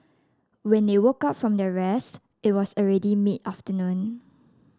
when they woke up from their rest it was already mid afternoon